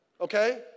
okay